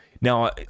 Now